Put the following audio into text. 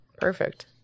Perfect